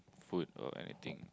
food or anything